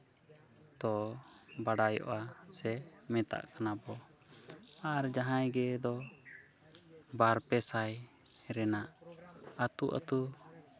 ᱛᱚ ᱵᱟᱲᱟᱭᱚᱜᱼᱟ ᱥᱮ ᱢᱮᱛᱟᱜ ᱠᱟᱱᱟ ᱵᱚᱱ ᱟᱨ ᱡᱟᱦᱟᱸᱭ ᱜᱮᱫᱚ ᱵᱟᱨ ᱯᱮ ᱥᱟᱭ ᱨᱮᱱᱟᱜ ᱟᱹᱛᱩ ᱟᱹᱛᱩ